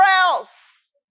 else